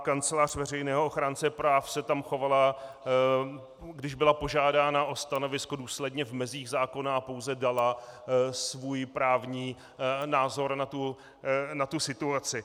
Kancelář veřejného ochránce práv se tam chovala, když byla požádána o stanovisko, důsledně v mezích zákona a pouze dala svůj právní názor na tu situaci.